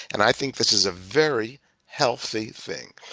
and i think this is a very healthy thing.